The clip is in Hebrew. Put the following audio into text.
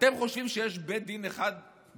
אתם חושבים שיש בית דין אחד בישראל,